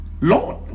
Lord